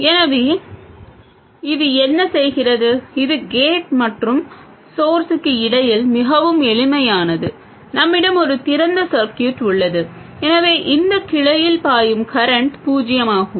எனவே இது என்ன செய்கிறது இது கேட் மற்றும் ஸோர்ஸுக்கு இடையில் மிகவும் எளிமையானது நம்மிடம் ஒரு திறந்த சர்க்யூட் உள்ளது எனவே இந்த கிளையில் பாயும் கரண்ட் பூஜ்ஜியமாகும்